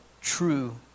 true